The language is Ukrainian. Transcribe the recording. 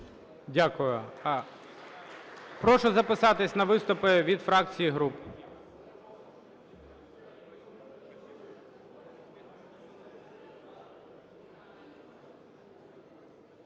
Дякую. Прошу записатися на виступи від фракцій і груп.